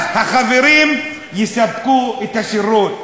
אז החברים יספקו את השירות.